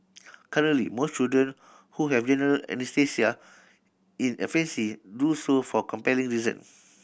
currently most children who have general anaesthesia in a fancy do so for compelling reason